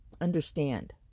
understand